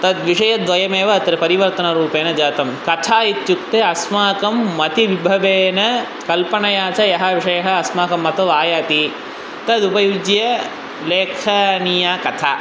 तद् विषय द्वयमेव अत्र परिवर्तनारूपेण जातं कथा इत्युक्ते अस्माकं मति विभवेन कल्पनायाः च यः विषयः अस्माकं मतेः आयाति तद् उपयुज्य लेखनीया कथा